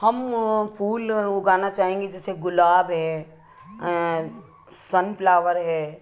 हम वो फूल उगाना चाहेंगे जैसे गुलाब है सन फ्लावर है